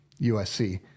usc